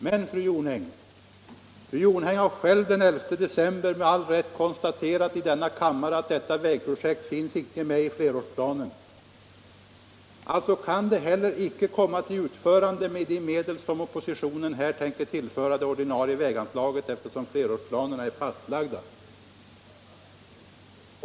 Men fru Jonäng har själv den 11 december med all rätt i denna kammare konstaterat att detta vägprojekt icke finns med i flerårsplanen. Alltså kan det heller icke komma till utförande med de medel som oppositionen här tänker tillföra det ordinarie väganslaget, eftersom flerårsplanerna redan är fastlagda.